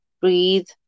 breathe